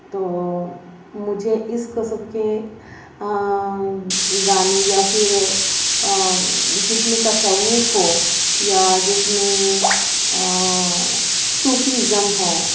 تو مجھے اس قسم کے گانے یا پھر جس میں تصوف ہو یا جس میں صوفی ایزم ہو